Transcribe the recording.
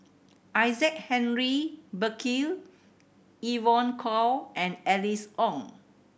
Isaac Henry Burkill Evon Kow and Alice Ong